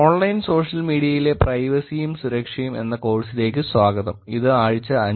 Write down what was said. online social മീഡിയയിലെ പ്രൈവസിയും സുരക്ഷയും എന്ന കോഴ്സിലേക്ക് സ്വാഗതം ഇത് ആഴ്ച 5